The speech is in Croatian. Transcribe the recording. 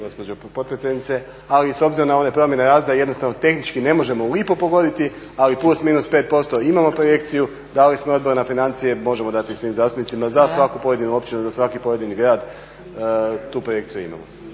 ali s obzirom na one promjene razreda jednostavno tehnički ne možemo u lipu pogoditi ali plus minus 5% imamo projekciju, dali smo je Odboru za financije, možemo dati svim zastupnicima. Za svaku pojedinu općinu za svaki pojedini grad tu projekciju imamo